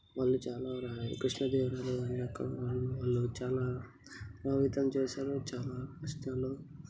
వాళ్ళు చాలా రా కృష్ణదేవరాయల వారి యొక్క వాళ్ళు చాలా ప్రభావితం చేశారు చాలా కష్టాల్లో